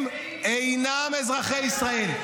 הם אינם אזרחי ישראל.